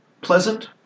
Pleasant